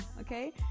okay